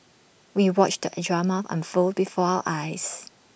we watched the A drama unfold before our eyes